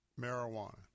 marijuana